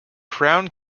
crown